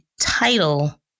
title